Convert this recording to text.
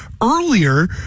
earlier